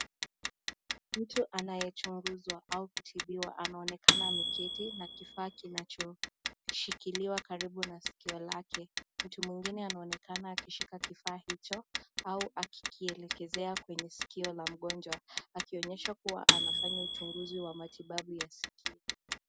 Mtu anaye anachunguzwa ama kutibiwa anaonekana ameketi na kifaa kinachoshikiliwa karibu na sikio lake. Mtu mwingine anaonekana akishika kifaa hicho au akielekezea kwa sikio la mgonjwa akionyeshwa kuwa anafanya uchunguzi wa matibabu ya sikio